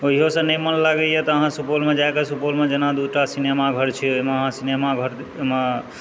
ओहियोसँ नहि मन लागैए तऽ अहाँ सुपौलमे जा कऽ सुपौलमे जेना दू टा सिनेमा घर छै ओहिमे अहाँ सिनेमा घरमे ओहिमे